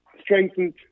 strengthened